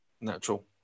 natural